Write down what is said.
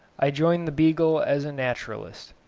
i joined the beagle as naturalist.